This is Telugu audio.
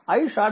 iSC 4 కాబట్టి